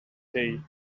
they